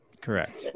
Correct